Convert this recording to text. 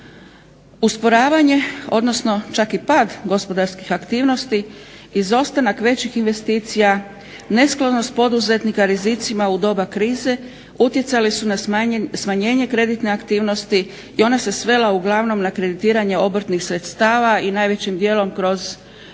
Usporavanje odnosno čak i pad gospodarskih aktivnosti, izostanak većih investicija, nesklonost poduzetnika rizicima u doba krize utjecali su na smanjenje kreditne aktivnosti i ona se svela uglavnom na kreditiranje obrtnih sredstava i najvećim dijelom kroz modele